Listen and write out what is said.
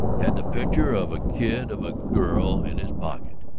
had the picture of a kid of a girl in his pocket!